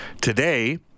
Today